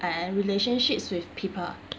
and relationships with people